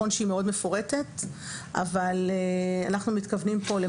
הנחיות שפורסמו לפיהן"; אני חושבת שאנחנו צריכים